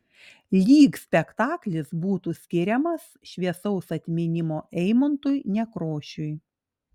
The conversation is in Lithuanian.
lyg spektaklis būtų skiriamas šviesaus atminimo eimuntui nekrošiui